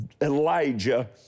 Elijah